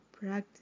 practice